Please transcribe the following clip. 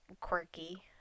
quirky